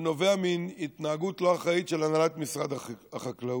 ונובע מהתנהגות לא אחראית של הנהלת משרד החקלאות,